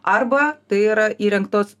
arba tai yra įrengtos